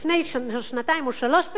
לפני שנתיים או שלוש שנים,